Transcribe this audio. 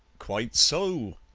quite so,